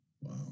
Wow